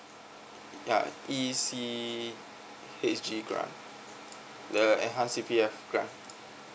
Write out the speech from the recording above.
ya E_C_H_G grant the enhanced C_P_F grant